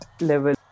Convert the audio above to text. level